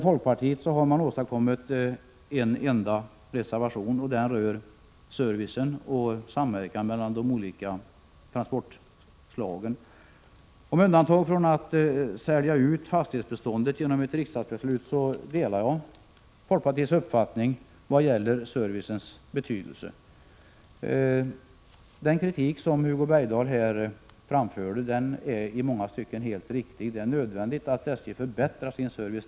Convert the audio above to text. Folkpartiet har åstadkommit en enda reservation som rör servicen och samverkan mellan de olika transportslagen. Med undantag av förslaget att sälja ut fastighetsbeståndet genom ett riksdagsbeslut delar jag folkpartiets uppfattning vad gäller servicens betydelse. Den kritik som Hugo Bergdahl framförde är i många stycken helt riktig. Det är nödvändigt att SJ förbättrar sin service.